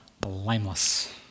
blameless